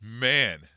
man